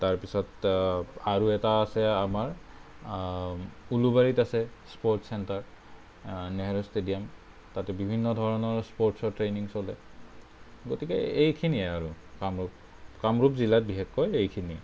তাৰ পিছত আৰু এটা আছে আমাৰ উলুবাৰীত আছে স্পৰ্টচ চেণ্টাৰ নেহেৰু ষ্টেডিয়াম তাতে বিভিন্ন ধৰণৰ স্পৰ্টচৰ ট্ৰেইনিং চলে গতিকে এইখিনিয়েই আৰু কামৰূপ কামৰূপ জিলাত বিশেষকৈ এইখিনিয়েই